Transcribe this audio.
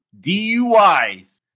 DUIs